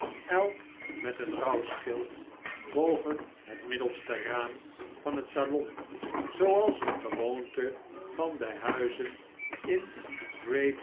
elk met een rouwschild boven het middelste raam van het salon zooals de gewoonte van de huizen in